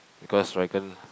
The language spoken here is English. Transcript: because dragon